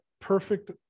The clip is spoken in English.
perfect